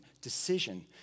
decision